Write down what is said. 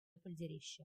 пӗлтереҫҫӗ